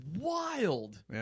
wild